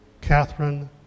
Catherine